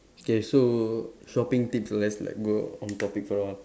okay so shopping tips let's like go off topic for a while